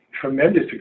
tremendous